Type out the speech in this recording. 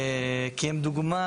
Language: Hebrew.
כי הם דוגמה.